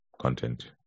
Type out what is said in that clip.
content